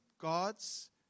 God's